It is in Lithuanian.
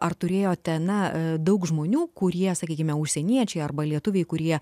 ar turėjote na daug žmonių kurie sakykime užsieniečiai arba lietuviai kurie